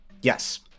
Yes